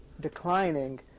declining